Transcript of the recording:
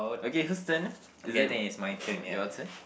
okay whose turn is it your turn